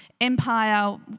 empire